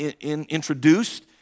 introduced